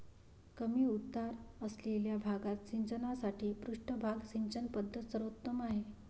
कमी उतार असलेल्या भागात सिंचनासाठी पृष्ठभाग सिंचन पद्धत सर्वोत्तम आहे